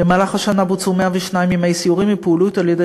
במהלך השנה בוצעו 102 ימי סיורים ופעילות על-ידי